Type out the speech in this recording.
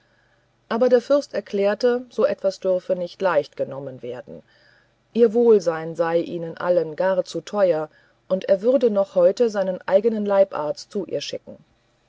aber der fürst erklärte so etwas dürfe nicht leicht genommen werden ihr wohlsein sei ihnen allen gar zu teuer und er würde noch heute seinen eigenen leibarzt zu ihr schicken